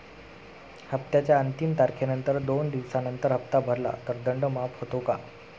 हप्त्याच्या अंतिम तारखेनंतर दोन दिवसानंतर हप्ता भरला तर दंड माफ होतो का?